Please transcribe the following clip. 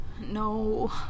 No